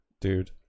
dude